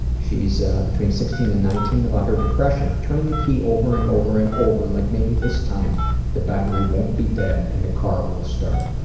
she's, ah, between sixteen and nineteen. about her depression, turning the key over and over and over, like maybe this time the battery won't be dead and the car will start.